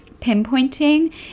pinpointing